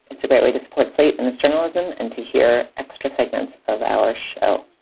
it's a great way to support slate and its journalism and to hear extra segments of our show